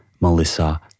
Melissa